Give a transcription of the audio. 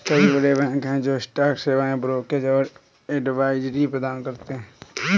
कई बड़े बैंक हैं जो स्टॉक सेवाएं, ब्रोकरेज और एडवाइजरी प्रदान करते हैं